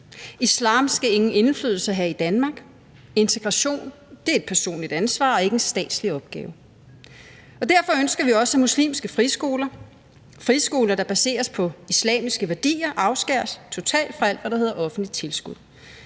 Islam skal ingen indflydelse have i Danmark. Integration er et personligt ansvar og ikke en statslig opgave. Derfor ønsker vi også, at muslimske friskoler, friskoler, der baseres på islamiske værdier, afskæres totalt fra alt, hvad der hedder offentligt tilskud.